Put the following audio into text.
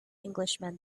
englishman